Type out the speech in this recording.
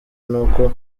n’uko